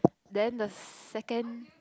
then the second